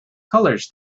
colors